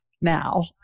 now